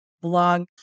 blog